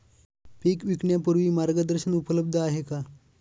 पीक विकण्यापूर्वी मार्गदर्शन उपलब्ध आहे का?